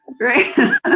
Right